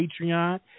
Patreon